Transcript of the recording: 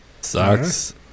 Sucks